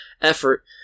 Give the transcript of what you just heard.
effort